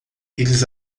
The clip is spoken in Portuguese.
eles